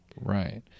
Right